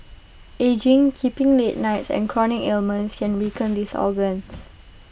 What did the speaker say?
ageing keeping late nights and chronic ailments can weaken these organs